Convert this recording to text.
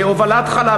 הובלת חלב,